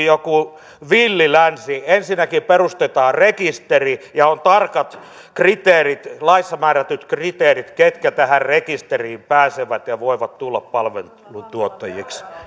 joku villi länsi ensinnäkin perustetaan rekisteri ja on tarkat laissa määrätyt kriteerit ketkä tähän rekisteriin pääsevät ja voivat tulla palveluntuottajiksi